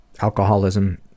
alcoholism